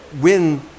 win